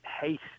hate